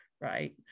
right